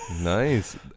Nice